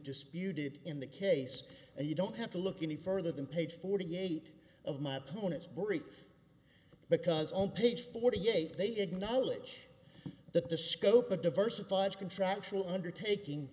disputed in the case and you don't have to look any further than page forty eight of my opponents brief because on page forty eight they acknowledge that the scope of diversified contractual undertaking